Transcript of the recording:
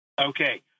Okay